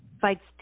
fights